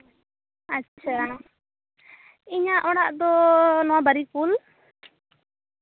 ᱟᱪᱪᱷᱟ ᱤᱧᱟᱹᱜ ᱚᱲᱟᱜ ᱫᱚ ᱱᱚᱣᱟ ᱵᱟᱹᱨᱤᱠᱩᱞ